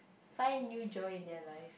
find new joy in their life